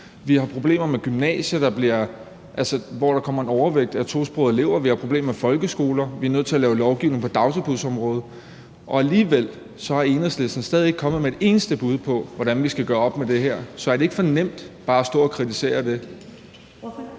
Vi har problemer med gymnasier, hvor der kommer en overvægt af tosprogede elever, vi har problemer med folkeskoler, og vi er nødt til at lave lovgivning på dagtilbudsområdet. Alligevel er Enhedslisten stadig ikke kommet med et eneste bud på, hvordan vi skal gøre op med det her. Så er det ikke for nemt bare at stå og kritisere det?